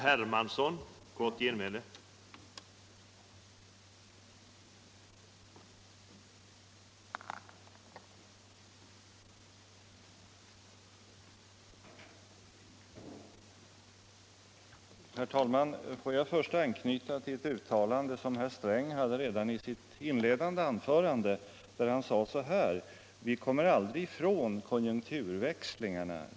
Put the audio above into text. Herr talman! Låt mig först anknyta till ett uttalande som herr Sträng gjorde redan i sitt inledande anförande, där han sade så här: ”Vi kommer aldrig ifrån konjunkturväxlingarna.